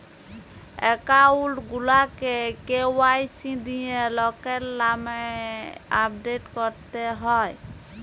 account গুলাকে KYC দিঁয়ে লকের লামে আপডেট ক্যরতে হ্যয়